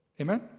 Amen